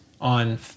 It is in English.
on